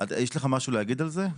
יש לך משהו לומר על זה?